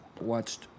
watched